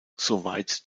soweit